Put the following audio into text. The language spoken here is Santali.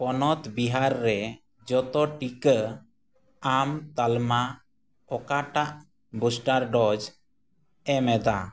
ᱯᱚᱱᱚᱛ ᱵᱤᱦᱟᱨ ᱨᱮ ᱡᱚᱛᱚ ᱴᱤᱠᱟᱹ ᱟᱢ ᱛᱟᱞᱢᱟ ᱚᱠᱟᱴᱟᱜ ᱵᱩᱥᱴᱟᱨ ᱰᱳᱡᱽ ᱮᱢᱮᱫᱟ